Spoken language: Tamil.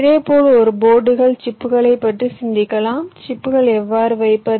இதேபோல் ஒரு போர்டுக்குள் சிப்களைப் பற்றி சிந்திக்கலாம் சிப்களை எவ்வாறு வைப்பது